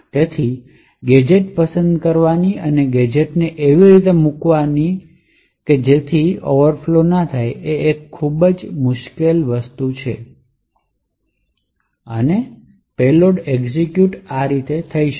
તેથી ગેજેટ્સ પસંદ કરવાની અને ગેજેટ્સને એવી રીતે મૂકવાની એક ખૂબ જ મુશ્કેલ રીત છે કે જેથી જરૂરી પેલોડ એક્ઝિક્યુટ થઈ જાય